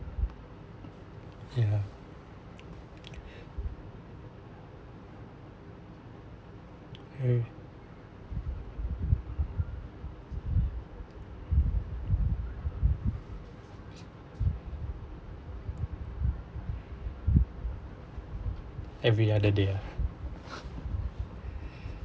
every other day ah